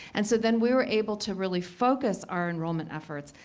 and so then we were able to really focus our enrollment efforts.